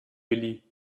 willi